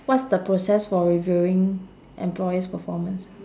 what's the process for reviewing employees' performance